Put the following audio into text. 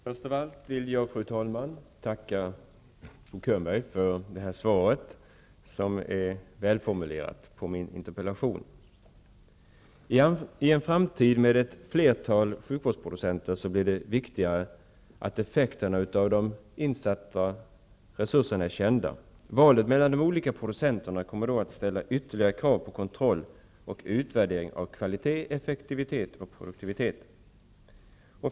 Fru talman! Först av allt vill jag tacka Bo Könberg för svaret, som är välformulerat, på min interpellation. I en framtid med ett flertal sjukvårdsproducenter blir det allt viktigare att effekterna av de insatta resurserna är kända. Valet mellan de olika producenterna kommer att ställa ytterligare krav på kontroll och utvärdering av kvalitet, effektivitet och produktivitet.